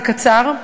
זה קצר,